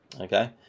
Okay